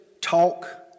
talk